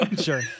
Sure